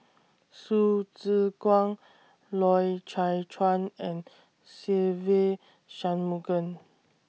Hsu Tse Kwang Loy Chye Chuan and Se Ve Shanmugam